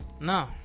no